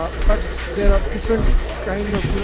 but but there are different kind of, you know,